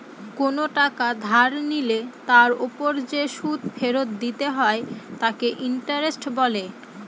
কোন টাকা ধার নিলে তার ওপর যে সুদ ফেরত দিতে হয় তাকে ইন্টারেস্ট বলে